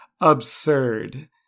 absurd